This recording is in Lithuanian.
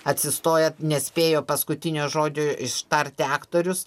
atsistojat nespėjo paskutinio žodžio ištarti aktorius